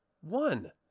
One